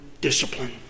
discipline